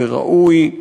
זה ראוי.